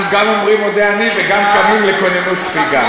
אנחנו גם אומרים "מודה אני" וגם קמים לכוננות ספיגה.